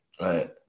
right